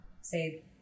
say